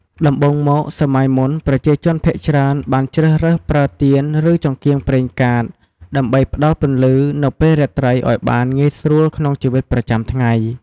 ដំបូងមក សម័យមុន ប្រជាជនភាគច្រើនបានជ្រើសរើសប្រើទៀនឬចង្កៀងប្រេងកាត ដើម្បីផ្ដល់ពន្លឺនៅពេលរាត្រីឱ្យបានងាយស្រួលក្នុងជីវិតប្រចាំថ្ងៃ។